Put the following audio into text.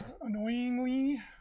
annoyingly